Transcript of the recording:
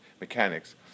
mechanics